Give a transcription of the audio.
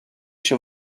się